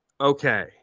okay